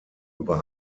über